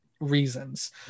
reasons